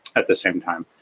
at the same time.